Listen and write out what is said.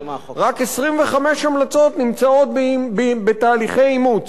רק 25 המלצות נמצאות בתהליכי אימוץ,